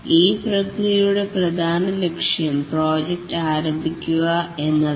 ഈ പ്രക്രിയയുടെ പ്രധാന ലക്ഷ്യം പ്രോജക്റ്റ് ആരംഭിക്കുക എന്നതാണ്